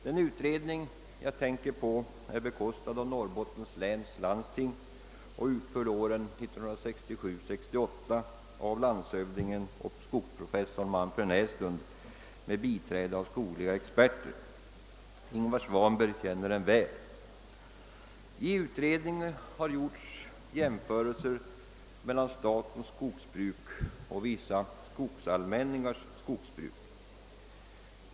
Den utredning jag tänker på är bekostad av Norrbottens läns landsting och utförd under åren 1967 och 1968 av landshövdingen och skogsprofessorn Manfred Näslund med biträde av skogliga experter. Herr Svanberg känner väl till denna utredning. Utredningen har gjort jämförelser mellan statens skogsbruk och vissa skogsallmänningars skogsbruk.